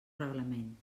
reglament